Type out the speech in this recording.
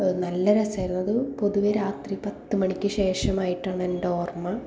നല്ല രസമായിരുന്നു അത് പൊതുവേ രാത്രി പത്ത് മണിക്ക് ശേഷമായിട്ടാണ് എൻറെ ഓർമ്മ